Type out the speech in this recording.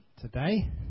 today